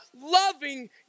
loving